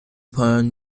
پایان